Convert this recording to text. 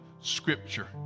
Scripture